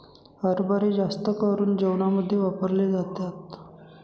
हरभरे जास्त करून जेवणामध्ये वापरले जातात